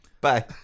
Bye